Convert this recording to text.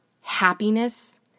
happiness